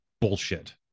bullshit